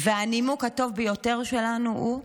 והנימוק הטוב ביותר שלנו הוא: